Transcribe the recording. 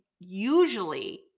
Usually